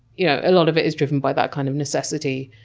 yeah a lot of it is driven by that kind of necessity.